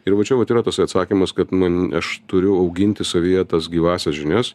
ir va čia vat yra tasai atsakymas kad nu aš turiu auginti savyje tas gyvąsias žinias